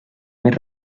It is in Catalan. més